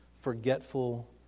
forgetful